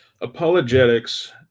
apologetics